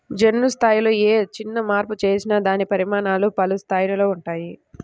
జన్యు స్థాయిలో ఏ చిన్న మార్పు చేసినా దాని పరిణామాలు పలు స్థాయిలలో ఉంటాయి